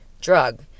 drug